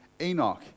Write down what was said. Enoch